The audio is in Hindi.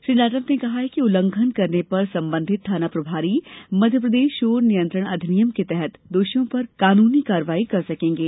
श्री जाटव ने बताया कि उल्लंघन करने पर संबंधित थाना प्रभारी मध्यप्रदेष षोर नियंत्रण अधिनियम के तहत दोषियों पर कानूनी कार्रवाई कर सकेंगे